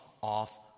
off